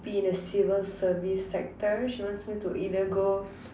be in the civil service sector she wants me to either go